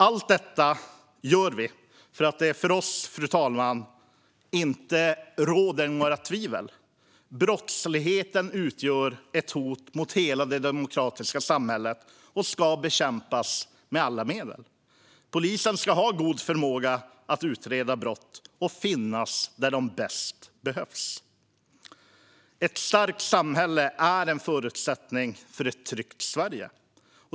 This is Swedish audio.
Allt detta gör vi därför att det för oss, fru talman, inte råder några tvivel om att brottsligheten utgör ett hot mot hela det demokratiska samhället och ska bekämpas med alla medel. Polisen ska ha god förmåga att utreda brott och finnas där den bäst behövs. Ett starkt samhälle är en förutsättning för ett tryggt Sverige.